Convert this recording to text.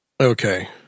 okay